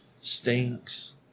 stinks